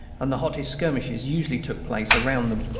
and the hottest skirmishing usually took place around them.